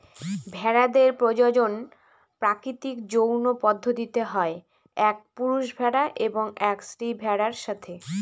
ভেড়াদের প্রজনন প্রাকৃতিক যৌন পদ্ধতিতে হয় এক পুরুষ ভেড়া এবং এক স্ত্রী ভেড়ার সাথে